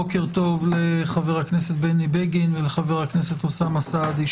בוקר טוב לחברי הכנסת בני בגין ואוסאמה סעדי,